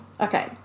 okay